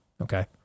Okay